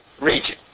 region